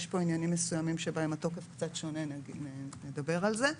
יש כאן עניינים מסוימים בהם התוקף קצת שונה ונדבר על זה.